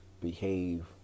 behave